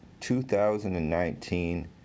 2019